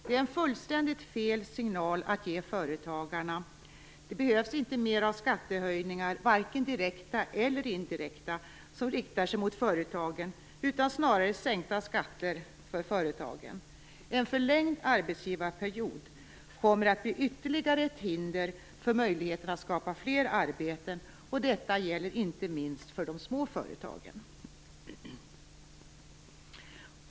Det är en fullständigt fel signal att ge företagarna. Det behövs inte mer av skattehöjningar, varken direkta eller indirekta, som riktar sig mot företagen utan snarare sänkta skatter. En förlängd arbetsgivarperiod kommer att bli ytterligare ett hinder för möjligheten att skapa fler arbeten. Detta gäller inte minst för de små företagen.